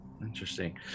interesting